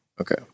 Okay